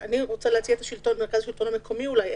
אני רוצה להציע את מרכז השלטון המקומי אולי.